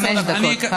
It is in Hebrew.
חמש דקות.